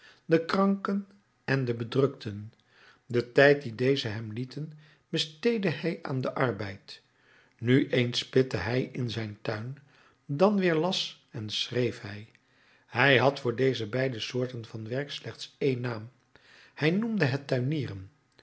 de kranken en de bedrukten den tijd dien deze hem lieten besteedde hij aan den arbeid nu eens spitte hij in zijn tuin dan weer las en schreef hij hij had voor deze beide soorten van werk slechts één naam hij noemde het tuinieren